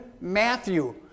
Matthew